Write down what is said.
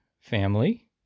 family